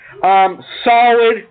Solid